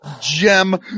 gem